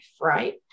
right